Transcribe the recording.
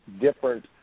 different